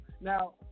Now